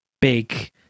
big